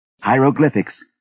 hieroglyphics